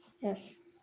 yes